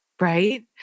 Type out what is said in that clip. Right